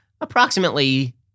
approximately